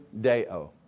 Deo